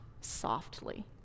softly